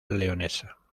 leonesa